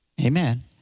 Amen